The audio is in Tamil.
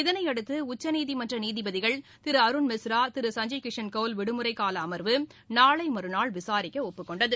இதனையடுத்துடச்சநீதிமன்றநீதிபதிகள் திருஅருண் மிஸ்ரா திரு சஞ்சய் கிஷன் கவுல் விடுமுறைகாலஅமர்வு நாளைமறுநாள் விசாரிக்கஒப்புக்கொண்டது